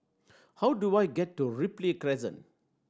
how do I get to Ripley Crescent